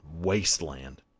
wasteland